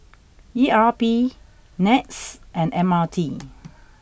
E R P Nets and M R T